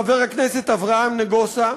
חבר הכנסת אברהם נגוסה,